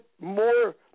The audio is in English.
more